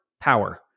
power